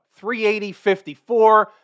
380.54